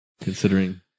Considering